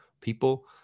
people